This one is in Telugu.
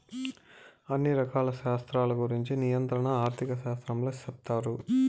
అన్ని రకాల శాస్త్రాల గురుంచి నియంత్రణ ఆర్థిక శాస్త్రంలో సెప్తారు